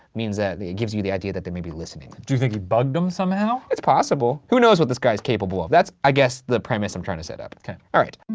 means that it gives you the idea that they may be listening. do you think he bugged them somehow? it's possible. who knows what this guy's capable of? that's i guess the premise i'm trying to set up. okay. alright.